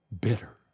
bitter